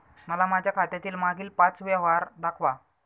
मला माझ्या खात्यातील मागील पांच व्यवहार दाखवा